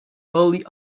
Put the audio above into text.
early